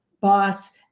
boss